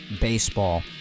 baseball